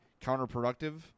counterproductive